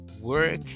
work